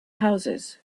houses